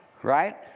right